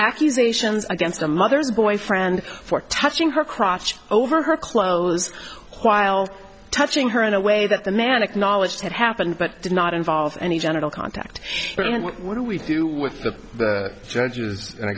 accusations against the mother's boyfriend for touching her crotch over her clothes while touching her in a way that the man acknowledged had happened but did not involve any genital contact and what do we do with the judges and i